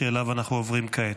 שאליו אנחנו עוברים כעת.